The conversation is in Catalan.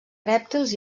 rèptils